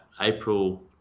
April